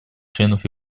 членов